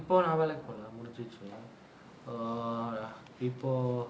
இப்போ நா வேலைக்கு போல அது முடிஞ்சிச்சு:ippo naa velaikku pola athu mudinjichu err இப்போ:ippo